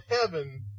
heaven